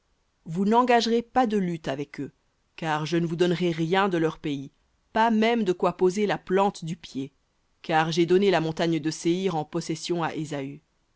vous n'engagerez pas de lutte avec eux car je ne vous donnerai rien de leur pays pas même de quoi poser la plante du pied car j'ai donné la montagne de séhir en possession à ésaü